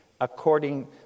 according